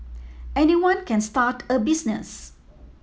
anyone can start a business